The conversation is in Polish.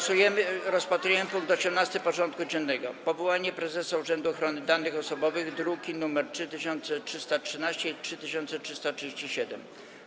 Przystępujemy do rozpatrzenia punktu 18. porządku dziennego: Powołanie prezesa Urzędu Ochrony Danych Osobowych (druki nr 3313 i 3337)